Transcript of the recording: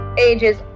ages